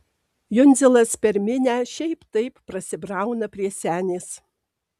jundzilas per minią šiaip taip prasibrauna prie senės